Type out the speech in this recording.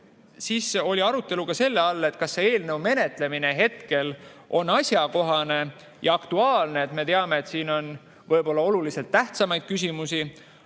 Siis oli arutelu selle üle, kas selle eelnõu menetlemine hetkel on asjakohane ja aktuaalne. Me teame, et siin on võib-olla oluliselt tähtsamaid küsimusi.